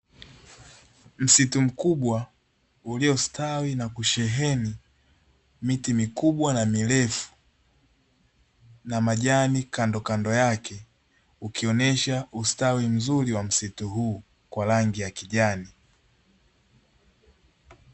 Msitu mkubwa uliostawi na kusheheni miti mikubwa na mirefu na majani kando kando yake ukionesha ustawi mzuri wa msitu huu kwa rangi ya kijani.